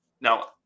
Now